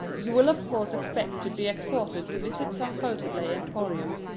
you will of course expect to be exhorted to visit some photoplay emporium.